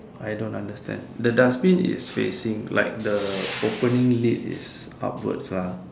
I don't understand the dustbin is facing like the opening lid is upwards lah